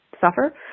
suffer